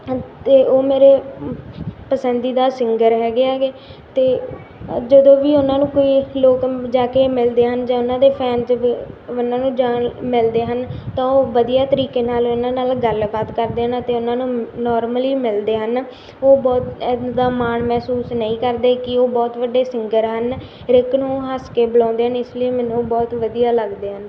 ਅਤੇ ਉਹ ਮੇਰੇ ਪਸੰਦੀਦਾ ਸਿੰਗਰ ਹੈਗੇ ਹੈਗੇ ਅਤੇ ਜਦੋਂ ਵੀ ਉਹਨਾਂ ਨੂੰ ਕੋਈ ਲੋਕ ਜਾ ਕੇ ਮਿਲਦੇ ਹਨ ਜਾਂ ਉਹਨਾਂ ਦੇ ਫੈਨ 'ਚ ਉਹਨਾਂ ਨੂੰ ਜਾਣ ਮਿਲਦੇ ਹਨ ਤਾਂ ਉਹ ਵਧੀਆ ਤਰੀਕੇ ਨਾਲ ਇਹਨਾਂ ਨਾਲ ਗੱਲਬਾਤ ਕਰਦੇ ਹਨ ਅਤੇ ਉਹਨਾਂ ਨੂੰ ਨੋਰਮਲੀ ਮਿਲਦੇ ਹਨ ਉਹ ਬਹੁਤ ਇੱਦਾਂ ਮਾਣ ਮਹਿਸੂਸ ਨਹੀਂ ਕਰਦੇ ਕਿ ਉਹ ਬਹੁਤ ਵੱਡੇ ਸਿੰਗਰ ਹਨ ਹਰ ਇੱਕ ਨੂੰ ਹੱਸ ਕੇ ਬੁਲਾਉਂਦੇ ਨੇ ਇਸ ਲਈ ਮੈਨੂੰ ਬਹੁਤ ਵਧੀਆ ਲੱਗਦੇ ਹਨ